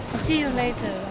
see you later.